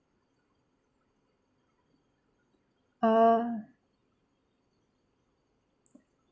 err